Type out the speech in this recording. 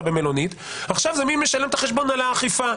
במלונית ועכשיו זה מי משלם את החשבון על האכיפה.